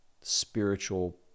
spiritual